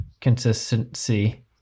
consistency